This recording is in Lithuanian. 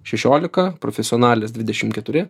šešiolika profesionalės dvidešimt keturi